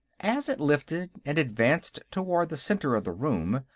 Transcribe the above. as it lifted and advanced toward the center of the room,